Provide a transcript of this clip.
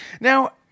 Now